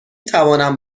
توانم